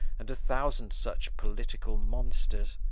and a thousand such political monsters.